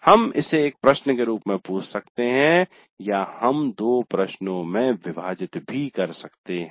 हम इसे एक प्रश्न के रूप में पूछ सकते हैं या हम दो प्रश्नों में विभाजित कर सकते हैं